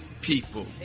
people